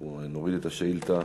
אנחנו נוריד את השאילתה.